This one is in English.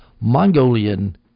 Mongolian